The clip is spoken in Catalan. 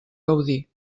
gaudir